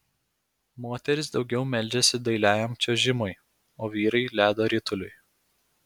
moterys daugiau meldžiasi dailiajam čiuožimui o vyrai ledo rituliui